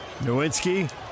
Nowinski